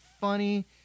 funny